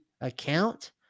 account